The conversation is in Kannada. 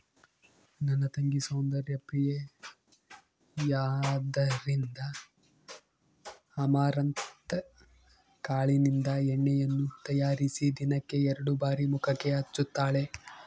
ನನ್ನ ತಂಗಿ ಸೌಂದರ್ಯ ಪ್ರಿಯೆಯಾದ್ದರಿಂದ ಅಮರಂತ್ ಕಾಳಿನಿಂದ ಎಣ್ಣೆಯನ್ನು ತಯಾರಿಸಿ ದಿನಕ್ಕೆ ಎರಡು ಬಾರಿ ಮುಖಕ್ಕೆ ಹಚ್ಚುತ್ತಾಳೆ